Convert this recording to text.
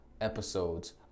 episodes